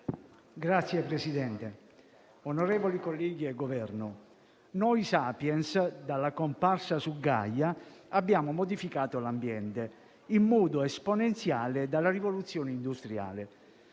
Signor Presidente, onorevoli colleghi, membri del Governo, noi *sapiens*, dalla comparsa su Gaia, abbiamo modificato l'ambiente, in modo esponenziale dalla rivoluzione industriale.